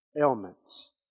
ailments